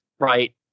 Right